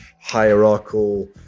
hierarchical